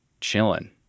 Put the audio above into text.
chilling